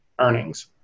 earnings